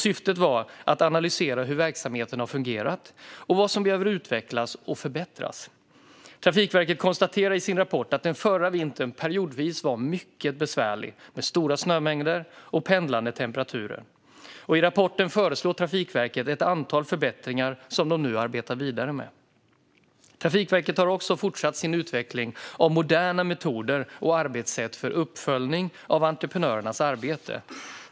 Syftet var att analysera hur verksamheten har fungerat och vad som behöver utvecklas och förbättras. Trafikverket konstaterar i sin rapport att den förra vintern periodvis var mycket besvärlig med stora snömängder och pendlande temperaturer. I rapporten föreslår Trafikverket ett antal förbättringar som de nu arbetar vidare med. Trafikverket har också fortsatt sin utveckling av moderna metoder och arbetssätt för uppföljning av entreprenörernas arbete.